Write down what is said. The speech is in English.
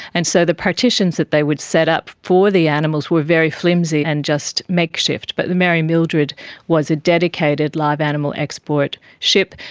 and so the partitions that they would set up for the animals were very flimsy and just makeshift, but the mary mildred was a dedicated live animal export ship.